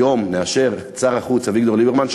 היום נאשר את שר החוץ אביגדור ליברמן,